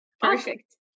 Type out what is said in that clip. Perfect